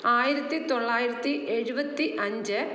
ആയിരത്തി തൊള്ളായിരത്തി എഴുപത്തി അഞ്ച്